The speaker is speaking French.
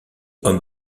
homme